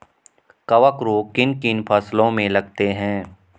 कवक रोग किन किन फसलों में लगते हैं?